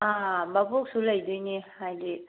ꯃꯕꯣꯛꯁꯨ ꯂꯩꯒꯗꯣꯏꯅꯦ ꯍꯥꯏꯕꯗꯤ